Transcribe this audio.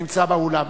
הנמצא באולם.